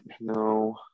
no